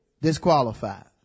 disqualified